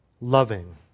loving